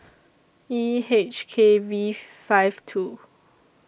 E H K V five two